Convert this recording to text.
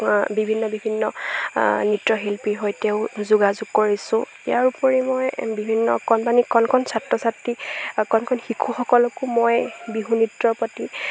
বিভিন্ন বিভিন্ন নৃত্যশিল্পীৰ সৈতেও যোগাযোগ কৰিছোঁ ইয়াৰ উপৰি মই বিভিন্ন কণমানি কণ কণ ছাত্ৰ ছাত্ৰী কণ কণ শিশুসকলকো মই বিহু নৃত্যৰ প্ৰতি